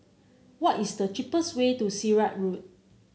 why is the cheapest way to Sirat Road